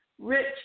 Rich